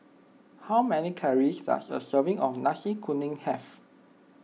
how many calories does a serving of Nasi Kuning have